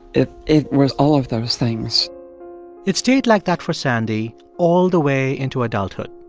it it was all of those things it stayed like that for sandy all the way into adulthood.